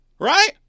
Right